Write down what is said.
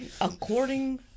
according